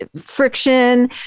friction